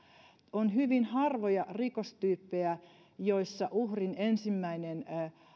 on hyvin harvoja rikostyyppejä joissa uhrin ensimmäinen